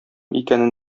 икәнен